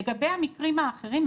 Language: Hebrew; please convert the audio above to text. לגבי המקרים האחרים,